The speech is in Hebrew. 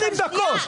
20 דקות.